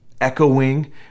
echoing